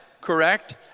correct